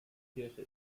kirche